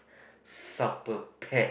supper pack